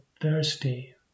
thirsty